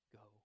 go